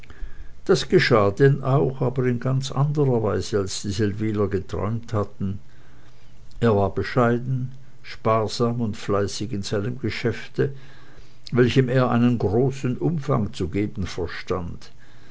das geschah denn auch aber in ganz anderer weise als die seldwyler geträumt hatten er war bescheiden sparsam und fleißig in seinem geschäfte welchem er einen großen umfang zu geben verstand